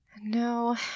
No